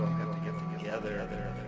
have to get together